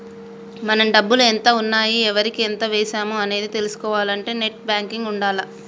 మన డబ్బులు ఎంత ఉన్నాయి ఎవరికి ఎంత వేశాము అనేది తెలుసుకోవాలంటే నెట్ బ్యేంకింగ్ ఉండాల్ల